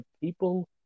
people